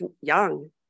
young